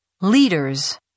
Leaders